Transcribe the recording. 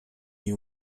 nie